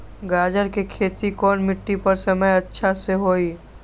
गाजर के खेती कौन मिट्टी पर समय अच्छा से होई?